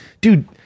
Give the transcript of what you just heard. dude